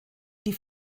die